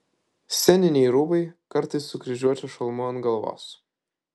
sceniniai rūbai kartais su kryžiuočio šalmu ant galvos